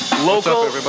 Local